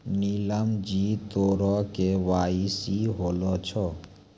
नीलम जी तोरो के.वाई.सी होलो छौं?